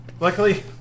Luckily